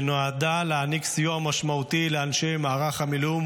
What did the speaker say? שנועדה להעניק סיוע משמעותי לאנשי מערך המילואים,